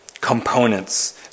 components